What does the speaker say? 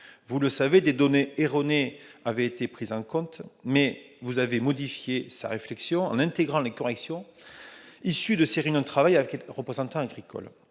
Vous le savez, des données erronées avaient été prises en compte, mais vous avez modifié les choses, en intégrant des corrections issues des réunions de travail avec les représentants agricoles.